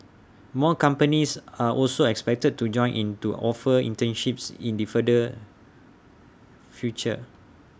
more companies are also expected to join in to offer internships in the further future